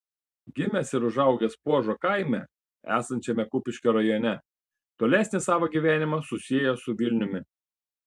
gimęs ir užaugęs puožo kaime esančiame kupiškio rajone tolesnį savo gyvenimą susiejo su vilniumi